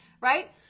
Right